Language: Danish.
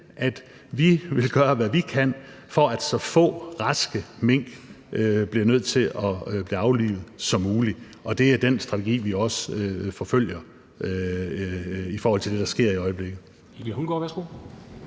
at vi vil gøre, hvad vi kan, for at så få raske mink som muligt er nødt til at blive aflivet. Og det er også den strategi, vi forfølger i forhold til det, der sker i øjeblikket.